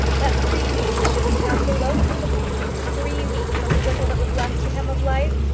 that three weeks should be passed alone with the man three weeks of the little that was left to him of life,